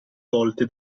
volte